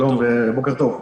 שלום ובוקר טוב.